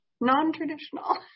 non-traditional